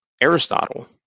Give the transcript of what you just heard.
Aristotle